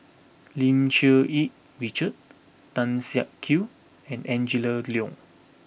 Lim Cherng Yih Richard Tan Siak Kew and Angela Liong